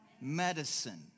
medicine